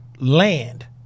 land